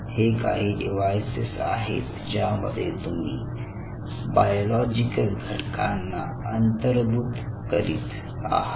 हे काही डिव्हाइसेस आहेत ज्यामध्ये तुम्ही बायोलॉजिकल घटकांना अंतर्भूत करत आहात